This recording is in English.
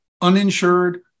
uninsured